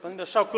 Panie Marszałku!